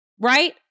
right